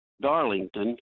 Darlington